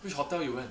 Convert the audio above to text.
which hotel you went